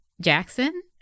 Jackson